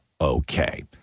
okay